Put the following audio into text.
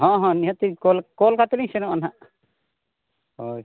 ᱦᱮᱸ ᱦᱮᱸ ᱱᱤᱦᱟᱹᱛᱤ ᱠᱚᱞ ᱠᱚᱞ ᱠᱟᱛᱮᱫ ᱞᱤᱧ ᱥᱮᱱᱚᱜᱼᱟ ᱦᱟᱸᱜ ᱦᱳᱭ